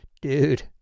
Dude